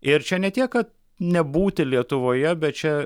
ir čia ne tiek kad nebūti lietuvoje bet čia